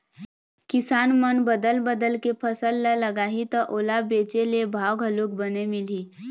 किसान मन बदल बदल के फसल ल लगाही त ओला बेचे ले भाव घलोक बने मिलही